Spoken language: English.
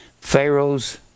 Pharaoh's